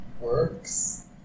works